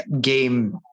game